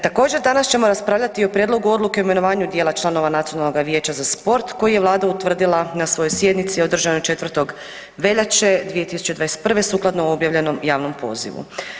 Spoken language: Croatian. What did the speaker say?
Također danas ćemo raspravljati i o Prijedlogu odluke o imenovanju dijela članova Nacionalnog vijeća za sport koji je Vlada utvrdila na svojoj sjednici održanoj 4. veljačke 2021. sukladno objavljenom javnom pozivu.